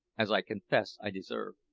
as i confess i deserve.